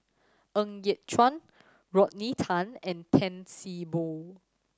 Ng Yat Chuan Rodney Tan and Tan See Boo